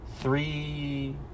three